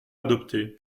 adoptée